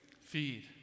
feed